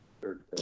third